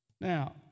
Now